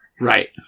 Right